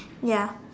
ya